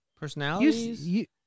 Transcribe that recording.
personalities